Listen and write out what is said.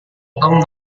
tom